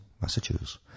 Massachusetts